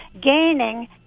gaining